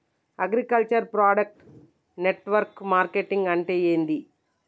Agriculture product network marketing అంటే ఏంది?